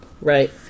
Right